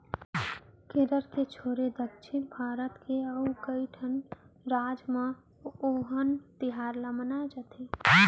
केरल के छोरे दक्छिन भारत के अउ कइठन राज म ओनम तिहार ल मनाए जाथे